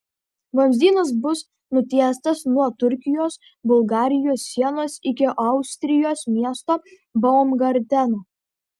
vamzdynas bus nutiestas nuo turkijos bulgarijos sienos iki austrijos miesto baumgarteno